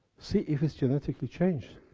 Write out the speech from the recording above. see if it's genetically changed.